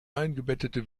eingebettete